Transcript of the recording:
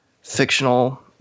fictional